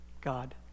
God